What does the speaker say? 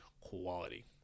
quality